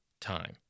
time